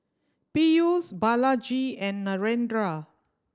Peyush Balaji and Narendra